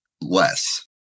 less